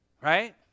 right